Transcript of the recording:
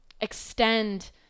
extend